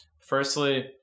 Firstly